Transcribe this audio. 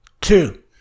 Two